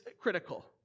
critical